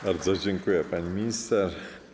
Bardzo dziękuję, pani minister.